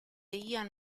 ian